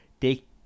take